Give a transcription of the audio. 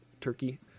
Turkey